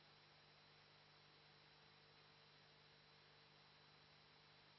Grazie